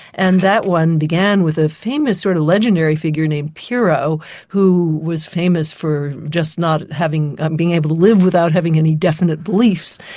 and that one began with a famous sort of legendary figure named pyrrho who was famous for just not being able to live without having any definite beliefs.